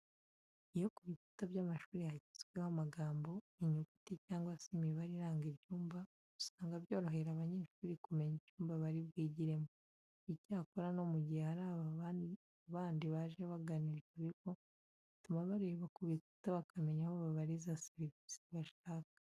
Iyo ku bikuta by'amashuri hashyizweho amagambo, inyuguti cyangwa se imibare iranga ibyumba, usanga byorohera abanyeshuri kumenya icyumba bari bwigiremo. Icyakora no mu gihe hari abantu bandi baje bagana ibyo bigo, bituma bareba ku bikuta bakamenya aho babariza serivisi bashaka.